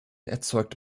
erzeugt